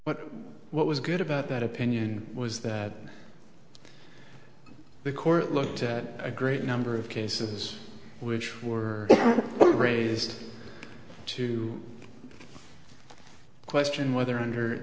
but what was good about that opinion was that the court looked at a great number of cases which were raised to question whether under